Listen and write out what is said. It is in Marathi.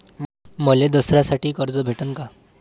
मले दसऱ्यासाठी कर्ज भेटन का?